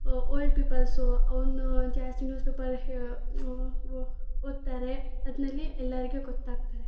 old peoples ಅವನು ಜಾಸ್ತಿ newspaper ಹೆ ಓದ್ತಾರೆ ಅದನಲ್ಲಿ ಎಲ್ಲರಿಗೆ ಗೊತ್ತಾಗ್ತದೆ